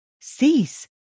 Cease